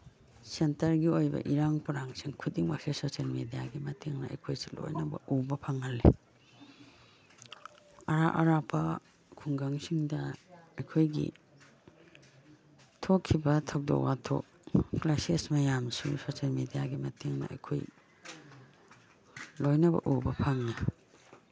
ꯁꯦꯟꯇꯔꯒꯤ ꯑꯣꯏꯕ ꯏꯔꯥꯡ ꯄꯔꯥꯡꯁꯤꯡ ꯈꯨꯗꯤꯡꯃꯛꯁꯦ ꯁꯣꯁꯦꯜ ꯃꯦꯗꯤꯌꯥꯒꯤ ꯃꯇꯦꯡꯅ ꯑꯩꯈꯣꯏꯁꯦ ꯂꯣꯏꯅꯃꯛ ꯎꯕ ꯐꯪꯍꯜꯂꯦ ꯑꯔꯥꯞ ꯑꯔꯥꯞꯄ ꯈꯨꯡꯒꯪꯁꯤꯡꯗ ꯑꯩꯈꯣꯏꯒꯤ ꯊꯣꯛꯈꯤꯕ ꯊꯧꯗꯣꯛ ꯋꯥꯊꯣꯛ ꯀ꯭ꯔꯥꯏꯁꯤꯁ ꯃꯌꯥꯝꯁꯨ ꯁꯣꯁꯦꯜ ꯃꯦꯗꯤꯌꯥꯒꯤ ꯃꯇꯦꯡꯅ ꯑꯩꯈꯣꯏ ꯂꯣꯏꯅꯕꯛ ꯎꯕ ꯐꯪꯉꯦ